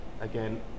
Again